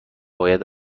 باید